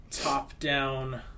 top-down